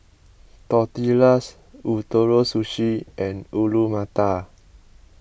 Tortillas Ootoro Sushi and Alu Matar